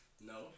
No